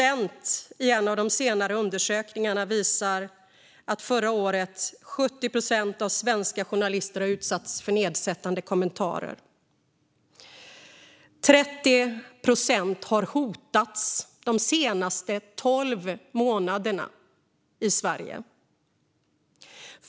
En av de senaste undersökningarna visar att 70 procent av svenska journalister utsattes för nedsättande kommentarer under förra året. Under de senaste tolv månaderna har 30 procent hotats i Sverige.